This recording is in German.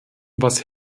was